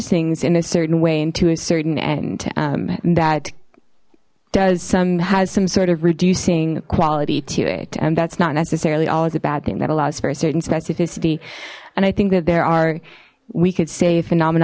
things in a certain way into a certain end that does some has some sort of reducing quality to it and that's not necessarily always a bad thing that allows for a certain specificity and i think that there are we could say phenomen